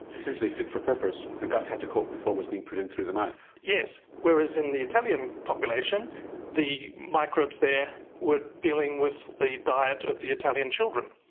essentially fit for purpose, the gut had to cope with what was being put in through the mouth? yes, whereas in the italian population the microbes there were dealing with the diet of the italian children.